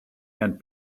and